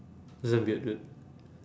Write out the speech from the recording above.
that's damn weird dude